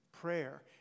Prayer